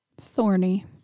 Thorny